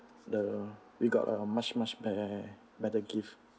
the we got a much much be~ better gift